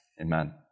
Amen